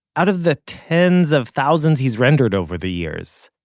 out of the tens of thousands he's rendered over the years,